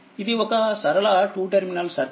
ఇది ఒక సరళ 2టెర్మినల్ సర్క్యూట్